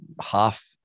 half